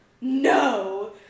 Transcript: No